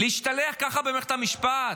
להשתלח ככה במערכת המשפט?